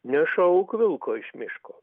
nešauk vilko iš miško